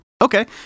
Okay